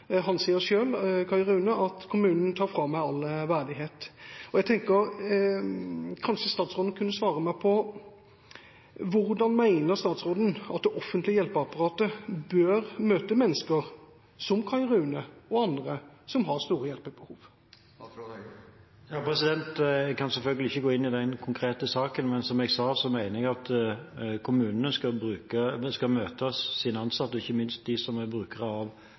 at kommunen tar fra ham all verdighet. Kanskje statsråden kan svare meg på følgende: Hvordan mener statsråden at det offentlige hjelpeapparatet bør møte mennesker som Kay Rune og andre, som har store hjelpebehov? Jeg kan selvfølgelig ikke gå inn i den konkrete saken, men som jeg sa, mener jeg at kommunene skal møte sine ansatte, ikke minst brukerne av kommunale pleie- og omsorgstjenester og andre tjenester, på en måte der en involverer brukerne i de beslutningene som